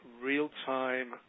real-time